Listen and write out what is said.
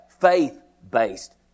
faith-based